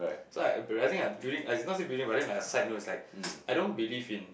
so I I building as in not say building but then on a side note is like I don't believe in